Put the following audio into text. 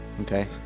Okay